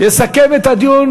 יסכם את הדיון